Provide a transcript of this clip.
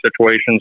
situations